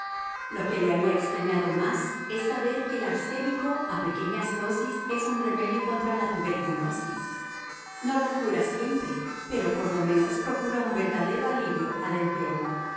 lo que aun le habría extrañado más es saber que el arsénico a pequeñas dosis es un remedio contra la tuberculosis no la cura siempre pero por lo menos procura un verdadero alivio al enfermo